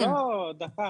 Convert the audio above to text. לא, דקה.